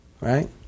Right